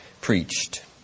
preached